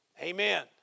Amen